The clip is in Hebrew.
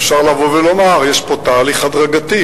אפשר לבוא ולומר: יש פה תהליך הדרגתי,